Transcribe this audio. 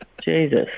Jesus